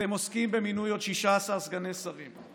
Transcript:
אתם עוסקים במינוי עוד 16 סגני שרים.